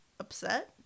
upset